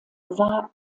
war